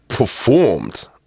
performed